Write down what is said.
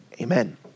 amen